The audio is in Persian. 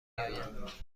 آید